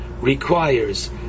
requires